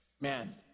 Man